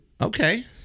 Okay